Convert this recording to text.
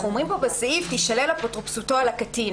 נאמר פה בסעיף "תישלל אפוטרופסותו על הקטין".